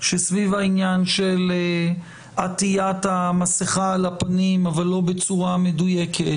שסביב העניין של עטיית המסכה על הפנים אבל לא בצורה מדויקת,